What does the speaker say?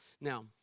Now